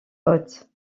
hautes